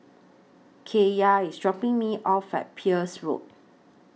Kaiya IS dropping Me off At Peirce Road